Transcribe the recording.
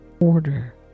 order